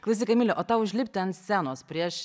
klausyk emili o tau užlipti ant scenos prieš